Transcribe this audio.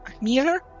Mirror